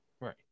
Right